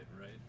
right